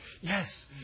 yes